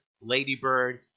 ladybird